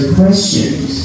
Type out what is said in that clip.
questions